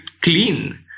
clean